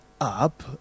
up